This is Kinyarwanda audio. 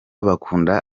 bakunda